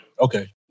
Okay